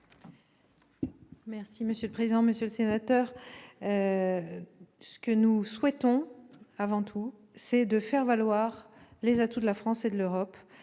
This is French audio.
secrétaire d'État. Monsieur le sénateur, ce que nous souhaitons avant tout, c'est faire valoir les atouts de la France et de l'Europe